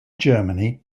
germany